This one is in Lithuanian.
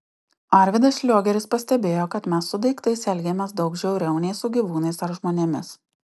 arvydas šliogeris pastebėjo kad mes su daiktais elgiamės daug žiauriau nei su gyvūnais ar žmonėmis